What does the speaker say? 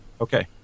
Okay